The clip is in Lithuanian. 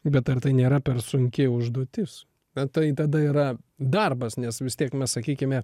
bet ar tai nėra per sunki užduotis bet tai tada yra darbas nes vis tiek mes sakykime